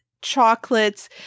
chocolates